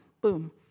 boom